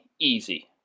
easy